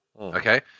okay